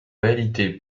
réalité